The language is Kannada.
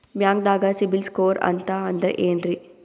ಬ್ಯಾಂಕ್ದಾಗ ಸಿಬಿಲ್ ಸ್ಕೋರ್ ಅಂತ ಅಂದ್ರೆ ಏನ್ರೀ?